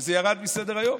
שזה ירד מסדר-היום.